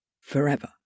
forever